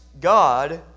God